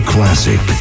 Classic